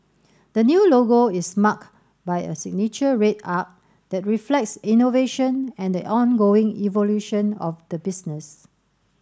the new logo is marked by a signature red arc that reflects innovation and the ongoing evolution of the business